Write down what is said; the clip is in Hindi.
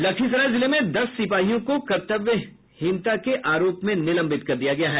लखीसराय जिले में दस सिपाहियों को कर्तव्यहीनता के आरोप में निलंबित कर दिया गया है